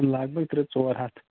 لَگ بَگ ترٛےٚ ژور ہَتھ